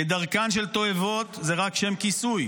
כדרכן של תועבות זה רק שם כיסוי.